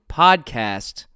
podcast